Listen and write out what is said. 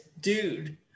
dude